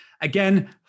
again